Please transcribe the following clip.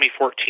2014